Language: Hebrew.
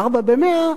"ארבע במאה",